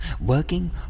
Working